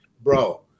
bro